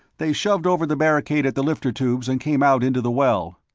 they shoved over the barricade at the lifter tubes and came out into the well.